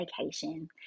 vacation